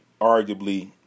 arguably